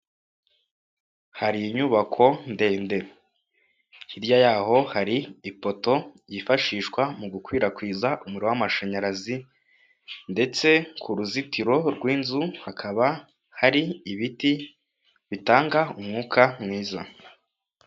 Hari inyubako ndende, hirya yaho hari ipoto yifashishwa mu gukwirakwiza umuriro w'amashanyarazi ndetse ku ruzitiro rw'inzu hakaba hari ibiti bitanga umwuka mwiza.